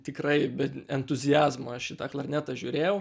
tikrai be entuziazmo aš į tą klarnetą žiūrėjau